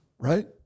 right